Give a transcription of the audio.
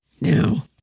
now